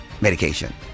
medication